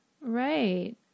Right